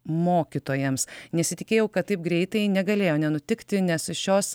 mokytojams nesitikėjau kad taip greitai negalėjo nenutikti nes šios